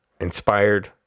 inspired